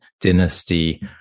dynasty